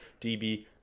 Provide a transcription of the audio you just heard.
DB